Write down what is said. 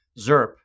ZERP